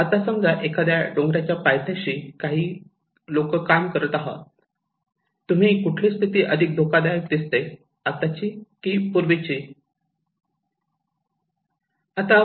आता समजा एखाद्या व्यक्ती डोंगराच्या पायथ्याशी काही काम करत आहे तुम्हाला कुठली स्थिती अधिक धोकादायक दिसते आताची की पूर्वी दर्शवलेली